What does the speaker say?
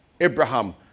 Abraham